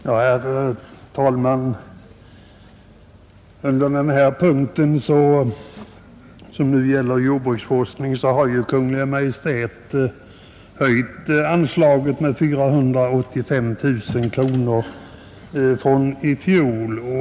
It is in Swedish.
Herr talman! Under den här punkten, som gäller jordbruksforskning, har Kungl. Maj:t föreslagit en höjning av anslaget med 485 000 kronor från i fjol.